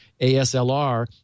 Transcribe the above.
ASLR